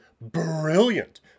brilliant